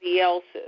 else's